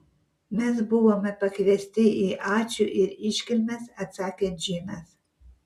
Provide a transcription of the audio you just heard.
mes buvome pakviesti į ačiū ir iškilmes atsakė džinas